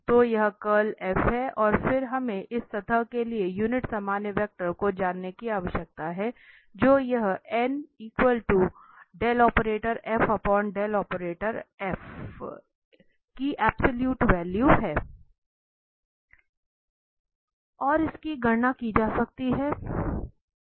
तो यह कर्ल है और फिर हमें इस सतह के लिए यूनिट सामान्य वेक्टर को जानने की आवश्यकता है जो यह और इसकी गणना की जा सकती है